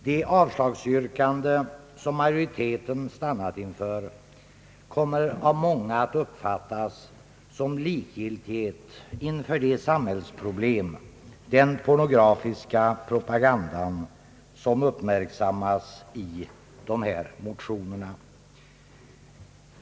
Det avslagsyrkande som majoriteten stannat inför kommer av många att uppfattas som likgiltighet inför det samhällsproblem — den pornografiska propagandan — som uppmärksammas i dessa motioner.